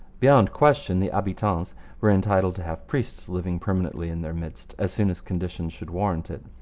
beyond question the habitants were entitled to have priests living permanently in their midst, as soon as conditions should warrant it.